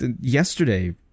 yesterday